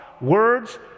words